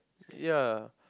ya